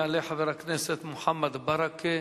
יעלה חבר הכנסת מוחמד ברכה,